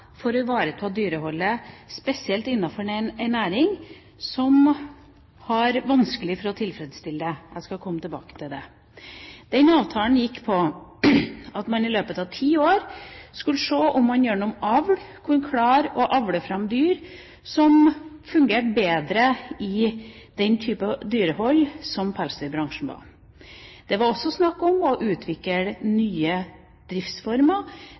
for å ivareta dyreholdet, spesielt innenfor en næring som har vanskelig for å tilfredsstille dette. Jeg skal komme tilbake til det. Denne avtalen gikk ut på at man i løpet av ti år skulle se om man gjennom avl kunne klare å avle fram dyr som fungerte bedre i den type dyrehold som pelsdyrbransjen var. Det var også snakk om å utvikle nye driftsformer